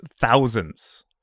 thousands